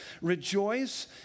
Rejoice